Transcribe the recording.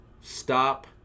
stop